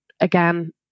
again